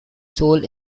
sole